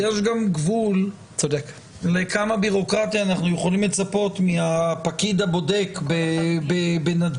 יש גם גבול לכמה בירוקרטיה אנחנו יכולים לצפות מהפקיד הבודק בנתב"ג.